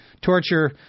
Torture